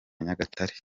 nyagatare